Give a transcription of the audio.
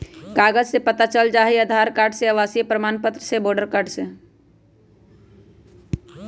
कागज से पता चल जाहई, आधार कार्ड से, आवासीय प्रमाण पत्र से, वोटर कार्ड से?